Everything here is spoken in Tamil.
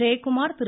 ஜெயக்குமார் திரு